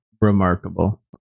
remarkable